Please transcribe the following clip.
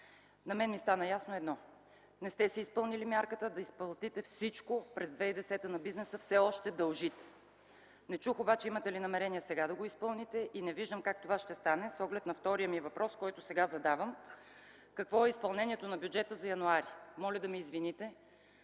На мен ми стана ясно едно – не сте си изпълнили мярката да изплатите всичко през 2010 г., все още дължите на бизнеса. Не чух обаче имате ли намерение сега да го изпълните и не виждам как това ще стане с оглед на втория ми въпрос, който сега задавам: какво е изпълнението на бюджета за м. януари? Моля да ме извините,